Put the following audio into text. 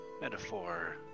metaphor